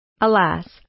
Alas